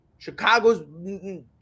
Chicago's